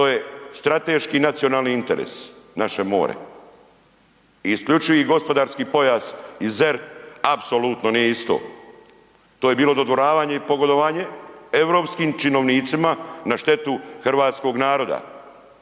To je strateški i nacionalni interes, naše more. I IGP i ZERP, apsolutno nije isto. To je bilo dodvoravanje i pogodovanje europskim činovnicima na štetu hrvatskog naroda